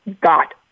got